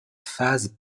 phases